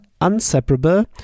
unseparable